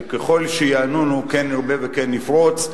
שככל שיענונו כן נרבה וכן נפרוץ,